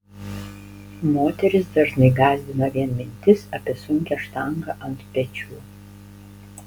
moteris dažnai gąsdina vien mintis apie sunkią štangą ant pečių